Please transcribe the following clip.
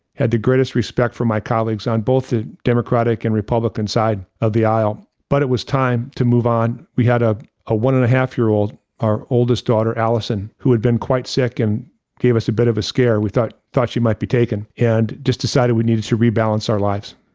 had the greatest respect for my colleagues on both the democratic and republican side of the aisle, but it was time to move on. we had ah a one-and-a-half-year-old, our oldest daughter, allison, who had been quite sick and gave us a bit of a scare, we thought, thought she might be taken, and just decided we needed to rebalance our lives.